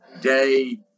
day